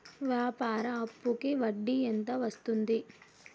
వ్యాపార అప్పుకి వడ్డీ ఎంత వస్తుంది?